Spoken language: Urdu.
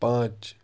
پانچ